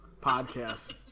podcast